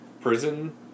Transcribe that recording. prison